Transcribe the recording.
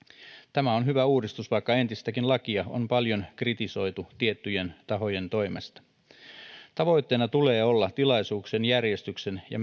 tämä on hyvä uudistus vaikka entistäkin lakia on paljon kritisoitu tiettyjen tahojen toimesta tavoitteena tulee olla tilaisuuksien järjestyksen ja